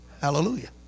Hallelujah